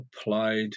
applied